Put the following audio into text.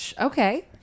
okay